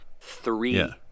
Three